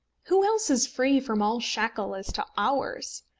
who else is free from all shackle as to hours?